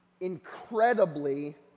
incredibly